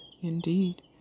indeed